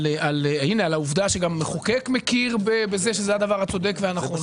על העובדה שגם המחוקק מכיר בזה שזה הדבר הצודק והנכון.